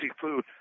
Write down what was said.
food